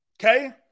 Okay